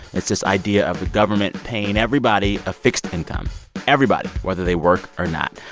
it's this idea of the government paying everybody a fixed income everybody, whether they work or not.